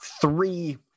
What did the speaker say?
three